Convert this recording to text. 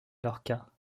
lorca